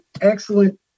excellent